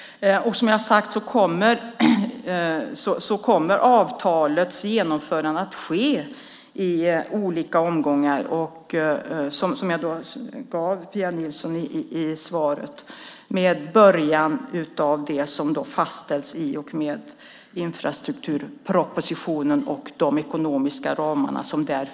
Som jag tidigare sagt kommer genomförandet av avtalet att ske i olika omgångar - i svaret till Pia Nilsson sade jag det - med början i det som fastställs i och med infrastrukturpropositionen och de ekonomiska ramarna där.